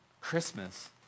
Christmas